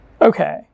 Okay